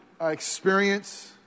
experience